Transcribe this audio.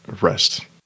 rest